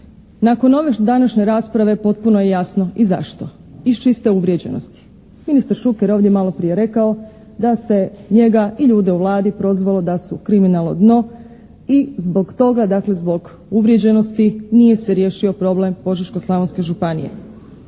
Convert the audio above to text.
Nakon ove današnje rasprave potpuno je jasno i zašto. Iz čiste uvrijeđenosti. Ministar Šuker je ovdje maloprije rekao da se njega i ljude u Vladi prozvalo da su kriminalno dno i zbog toga, dakle zbog uvrijeđenosti nije se riješio problem Požeško-slavonske županije.